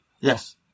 Yes